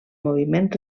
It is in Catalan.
moviment